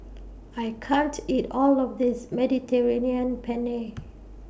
I can't eat All of This Mediterranean Penne